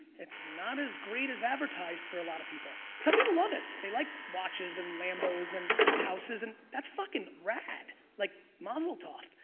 it's not as great as advertised for a lot of people. some people love it. they like watches and lambos and houses and that's fuckin rad, like mazel tov.